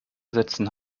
setzen